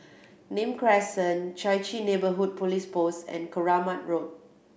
Nim Crescent Chai Chee Neighbourhood Police Post and Keramat Road